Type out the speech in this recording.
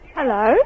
Hello